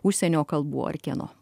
užsienio kalbų ar kieno